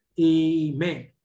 Amen